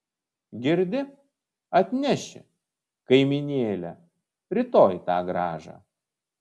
girdi atneši kaimynėle rytoj tą grąžą